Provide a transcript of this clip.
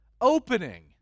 opening